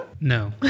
No